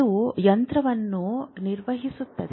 ಅದು ಯಂತ್ರವನ್ನು ನಿರ್ವಹಿಸುತ್ತದೆ